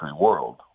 world